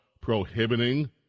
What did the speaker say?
prohibiting